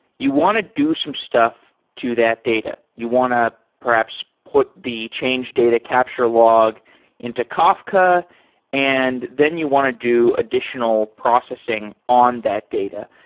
you want to do some stuff to that data. you want to perhaps put the change data capture log into kafka and then you want to do additional processing on that data.